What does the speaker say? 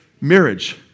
marriage